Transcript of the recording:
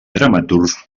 dramaturgs